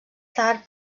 tard